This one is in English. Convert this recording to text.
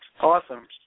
Awesome